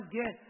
get